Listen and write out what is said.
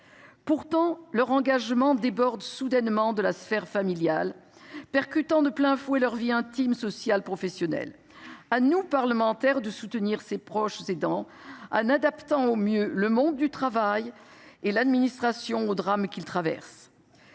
Pourtant, leur engagement déborde soudainement de la sphère familiale, percutant de plein fouet leur vie intime, sociale et professionnelle. Nous, parlementaires, devons soutenir ces proches aidants en adaptant au mieux le monde du travail et l’administration au drame qu’ils traversent.